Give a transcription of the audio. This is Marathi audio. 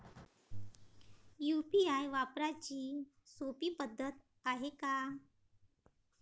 यू.पी.आय वापराची सोपी पद्धत हाय का?